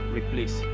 replace